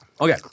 Okay